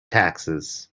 taxes